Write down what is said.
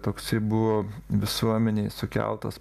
toksai buvo visuomenėj sukeltas